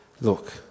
Look